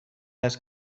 است